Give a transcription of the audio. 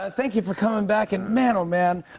ah thank you for coming back. and, man, oh, man,